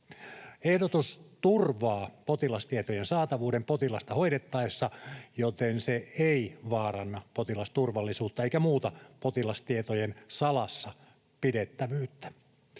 Ehdotus turvaa potilastietojen saatavuuden potilasta hoidettaessa, joten se ei vaaranna potilasturvallisuutta eikä muuta potilastietojen salassa pidettävyyttä.